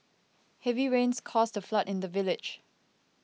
heavy rains caused a flood in the village